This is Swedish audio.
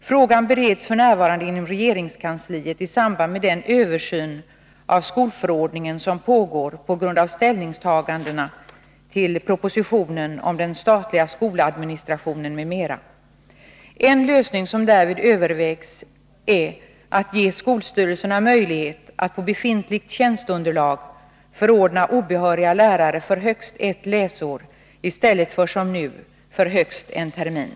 Frågan bereds f.n. inom regeringskansliet i samband med den översyn av skolförordningen som pågår på grund av ställningstagandena till propositionen om den statliga skoladministrationen m.m. En lösning som därvid övervägs är att ge skolstyrelserna möjlighet att på befintligt tjänstunderlag förordna obehöriga lärare för högst ett läsår i stället för som nu, för högst en termin.